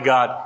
God